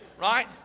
Right